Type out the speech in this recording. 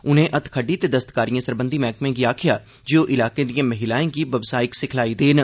उन्ने हत्थखड्डी ते दस्तकारिएं सरबंधी मैहकमें गी आखेआ जे ओह् इलाके दिएं महिलाएं गी बवसायिक सिखलाई देन